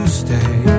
stay